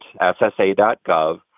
ssa.gov